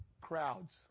Crowds